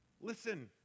Listen